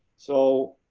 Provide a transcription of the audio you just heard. so